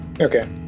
Okay